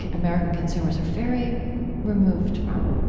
american consumers, are very removed from.